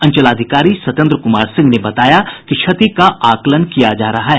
अंचलाधिकारी सत्येन्द्र कुमार सिंह ने बताया कि क्षति का आकलन किया जा रहा है